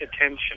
attention